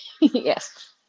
Yes